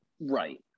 Right